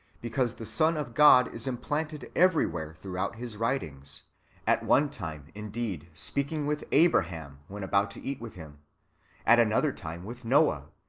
because the son of god is implanted everywhere throughout his writings at one time, indeed, speaking with abraham, when about to eat with him at another time with noah,